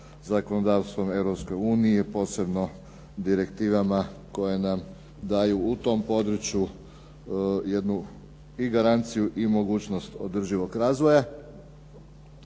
zakonodavstvom Europske unije, posebno direktivama koje nam daju u tom području jednu i garanciju i mogućnost održivog razvoja.